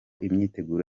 imyiteguro